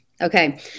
Okay